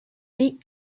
big